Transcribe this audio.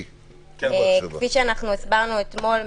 כפי שאנחנו הסברנו אתמול,